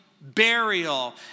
burial